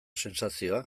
sentsazioa